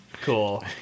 cool